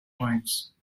coins